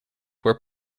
were